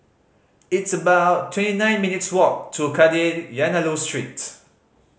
it's about twenty nine minutes' walk to Kadayanallur Street